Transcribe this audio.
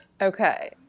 Okay